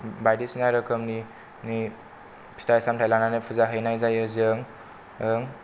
बायदिसिना रोखोमनि फिथाइ सामथाइ लानानै पुजा हैनाय जायो जों